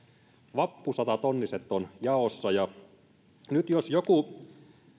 vappusatatonniset ovat jaossa nyt jos joku